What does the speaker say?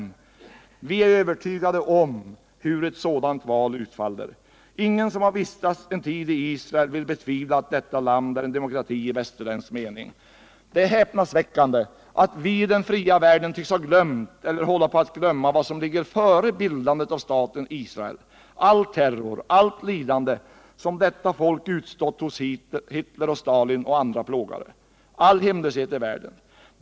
Vi tror oss veta om hur ett sådant val utfaller. Ingen som har vistats en tid i Israel vill betvivla att detta land är en demokrati i västerländsk mening. Det är häpnadsväckande att vi i den fria världen tycks ha glömt eller hålla på att glömma vad som ligger före bildandet av staten Israel. All terror, allt lidande som detta folk utstått under Hitler och Stalin och andra plågare. All hemlöshet i världen!